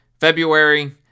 February